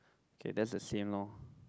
K that's the same lor